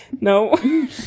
no